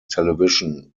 television